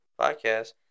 podcast